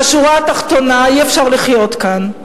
בשורה התחתונה, אי-אפשר לחיות כאן.